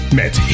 Met